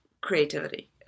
creativity